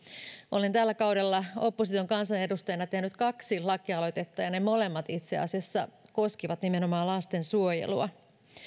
olen tällä kaudella opposition kansanedustajana tehnyt kaksi lakialoitetta ja ne molemmat itse asiassa koskivat nimenomaan lastensuojelua